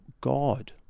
God